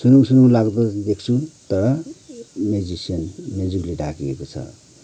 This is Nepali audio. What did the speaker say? सुनु सुनु लग्दो देख्छु तर म्युजिसियन म्युजिकले ढाकिएको छ